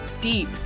deep